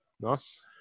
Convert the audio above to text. Nice